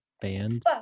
band